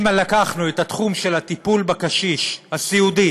אם לקחנו את התחום של הטיפול בקשיש הסיעודי